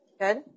Good